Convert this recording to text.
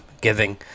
giving